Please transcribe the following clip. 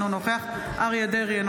אינו נוכח אריה מכלוף דרעי,